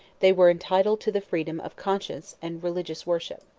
they were entitled to the freedom of conscience and religious worship.